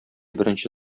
беренче